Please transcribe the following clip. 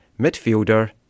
midfielder